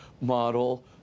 model